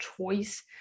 choice